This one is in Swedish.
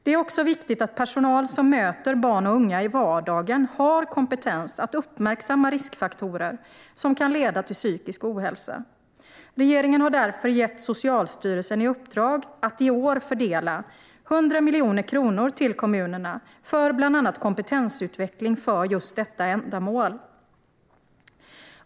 Det är också viktigt att personal som möter barn och unga i vardagen har kompetens att uppmärksamma riskfaktorer som kan leda till psykisk ohälsa. Regeringen har därför gett Socialstyrelsen i uppdrag att i år fördela 100 miljoner kronor till kommunerna för bland annat kompetensutveckling för just detta ändamål.